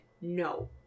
no